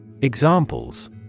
Examples